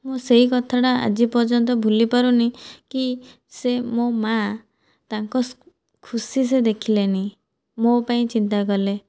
ମୁଁ ସେହି କଥାଟା ଆଜି ପର୍ଯ୍ୟନ୍ତ ଭୁଲି ପାରୁନିକି ସେ ମୋ ମା ତାଙ୍କ ଖୁସି ସେ ଦେଖିଲେନି ମୋ ପାଇଁ ଚିନ୍ତା କଲେ